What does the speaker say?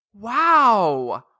Wow